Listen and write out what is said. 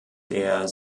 der